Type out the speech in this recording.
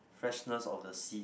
freshness of the sea